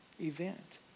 event